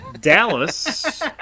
Dallas